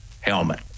helmet